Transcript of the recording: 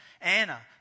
Anna